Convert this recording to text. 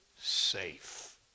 safe